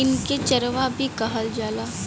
इनके चरवाह भी कहल जाला